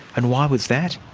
and why was that?